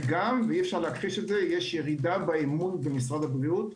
וגם יש ירידה באמון במשרד הבריאות.